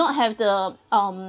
not have the um